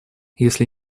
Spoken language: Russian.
если